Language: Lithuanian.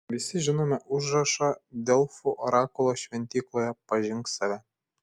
visi žinome užrašą delfų orakulo šventykloje pažink save